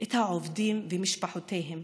את העובדים ומשפחותיהם,